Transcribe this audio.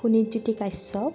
Sonit Jyoti Kashyap